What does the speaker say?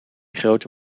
grote